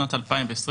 שנת 2020,